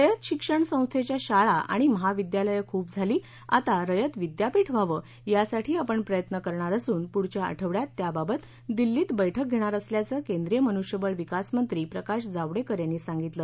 रयत शिक्षण संस्थेच्या शाळा आणि महाविद्यालयं खूप झाली आता रयत विद्यापीठ व्हावं यासाठी आपण प्रयत्न करणार असून पुढच्या आठवड्यात त्याबाबत दिल्लीत बैठक घेणार असल्याच केंद्रीय मनुष्यबळ विकास मंत्री प्रकाश जावड्डेकर यांनी सांगितलं